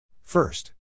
First